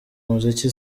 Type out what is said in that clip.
umuziki